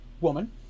woman